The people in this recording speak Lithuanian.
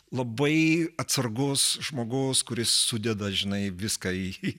labai atsargus žmogus kuris sudeda žinai viską į